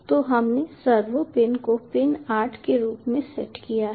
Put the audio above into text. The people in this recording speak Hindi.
तो हमने सर्वो पिन को पिन 8 के रूप में सेट किया है